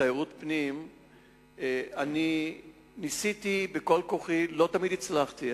תיירות פנים, ניסיתי בכל כוחי, לא תמיד הצלחתי.